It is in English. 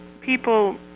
people